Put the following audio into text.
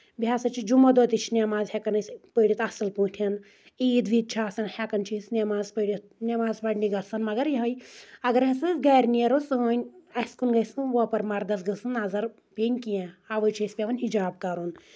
بیٚیہِ ہَسا چھِ جمعہ دۄد تہِ چھِ نؠماز ہؠکَان أسۍ پٔرِتھ اَصٕل پٲٹھۍ عیٖد ویٖد چھِ آسَان ہؠکَان چھِ أسۍ نؠماز پٔرِتھ نؠماز پَرنہِ گژھان مگر یِہوے اگر ہَسا أسۍ گَرِ نیرو سٲنۍ اَسہِ کُن گَژھِ نہٕ ووپَر مَردَس گٔژھ نظر پیٚنۍ کینٛہہ اَوَے چھِ أسۍ پؠوَان ہِجاب کَرُن